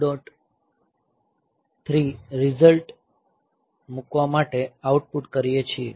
3 result મૂકવા માટે output કરીએ છીએ